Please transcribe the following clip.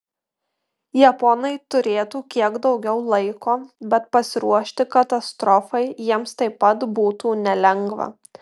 japonai turėtų kiek daugiau laiko bet pasiruošti katastrofai jiems taip pat būtų nelengva